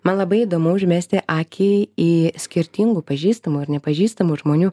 man labai įdomu užmesti akį į skirtingų pažįstamų ar nepažįstamų žmonių